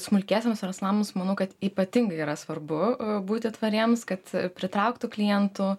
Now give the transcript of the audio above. smulkiesiems verslams manau kad ypatingai yra svarbu būti tvariems kad pritrauktų klientų